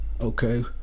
Okay